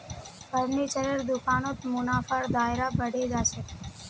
फर्नीचरेर दुकानत मुनाफार दायरा बढ़े जा छेक